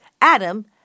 Adam